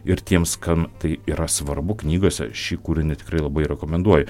ir tiems kam tai yra svarbu knygose šį kūrinį tikrai labai rekomenduoju